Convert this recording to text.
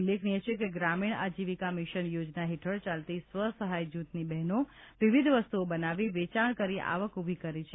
ઉલ્લેખનીય છે કે ગ્રામીણ આજીવીકા મિશન યોજના હેઠળ ચાલતી સ્વસહાય જૂથની બહેનો વિવિધ વસ્તુઓ બનાવી વેચાણ કરી આવક ઊભી કરી છે